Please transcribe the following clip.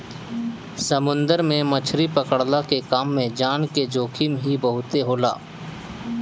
समुंदर में मछरी पकड़ला के काम में जान के जोखिम ही बहुते होला